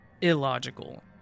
illogical